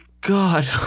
God